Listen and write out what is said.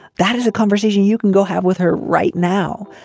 that is a conversation you can go have with her right now.